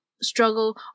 struggle